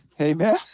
Amen